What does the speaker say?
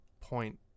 point